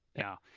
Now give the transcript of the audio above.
yeah,